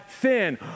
sin